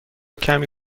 کمی